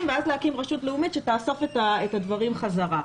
ואז להקים רשות לאומית שתאסוף את הדברים בחזרה.